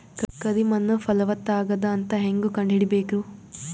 ಕರಿ ಮಣ್ಣು ಫಲವತ್ತಾಗದ ಅಂತ ಹೇಂಗ ಕಂಡುಹಿಡಿಬೇಕು?